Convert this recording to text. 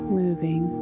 moving